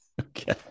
Okay